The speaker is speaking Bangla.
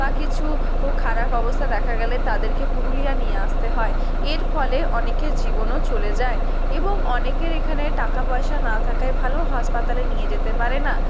বা কিছু খারাপ অবস্থা দেখা গেলে তাদেরকে পুরুলিয়া নিয়ে আসতে হয় এর ফলে অনেকের জীবনও চলে যায় এবং অনেকের এখানে টাকাপয়সা না থাকায় ভালো হাসপাতালে নিয়ে যেতে পারে না